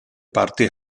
parti